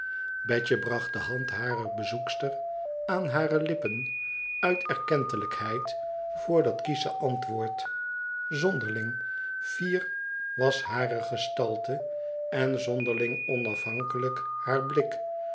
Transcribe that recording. betje bracht de hand harer bezoekster aan hare lippen uit erkentelijkheid voor dat kiesche antwoord zonderling fier was hare gestalte en zonderling onafhankelijk haar blik